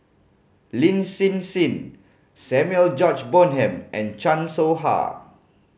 Lin Hsin Hsin Samuel George Bonham and Chan Soh Ha